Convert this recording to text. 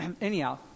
Anyhow